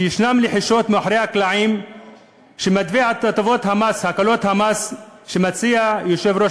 שיש לחישות מאחורי הקלעים שמתווה הקלות המס שמציע יושב-ראש